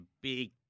big